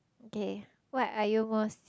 okay what are you most